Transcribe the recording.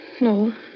No